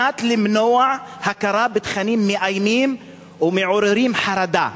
מה שקרה אתמול הוא תופעה ומחלה פסיכולוגית,